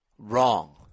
Wrong